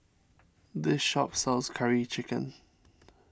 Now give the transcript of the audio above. this shop sells Curry Chicken